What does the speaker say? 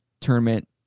tournament